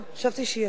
חשבתי שהיא יצאה.